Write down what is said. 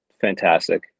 fantastic